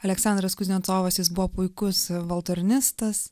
aleksandras kuznecovas jis buvo puikus valtornistas